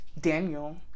daniel